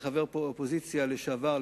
כחבר האופוזיציה לשעבר,